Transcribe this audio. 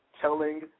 telling